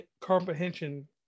comprehension